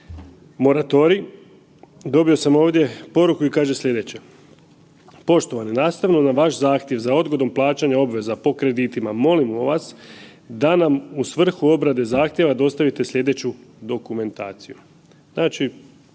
moratorij. Dobio sam ovdje poruku i kaže slijedeće. Poštovani, nastavno na vaš zahtjev za odgodom plaćanja obveza po kreditima, molimo vas da nam u svrhu obrade zahtjeva dostavite slijedeću dokumentaciju. Znači,